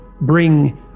bring